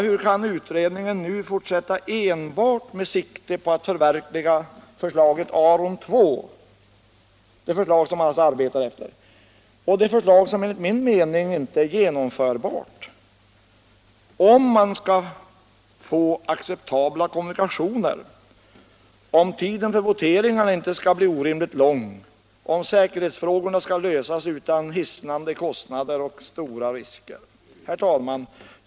Hur kan utredningen nu fortsätta enbart med sikte på att förverkliga förslaget Aron II, som man alltså arbetar efter — ett förslag som enligt min mening inte är genomförbart om man skall få acceptabla kommunikationer, om tiden för voteringarna inte skall bli orimligt lång, om säkerhetsfrågorna skall lösas utan hissnande kostnader och stora risker? Herr talman!